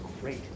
great